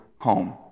home